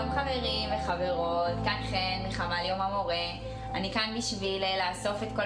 אחרונים חביבים, צוות הממ"מ שלנו, שבסוף אחרי כל